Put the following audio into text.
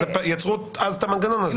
יצרו את המנגנון הזה.